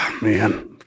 Man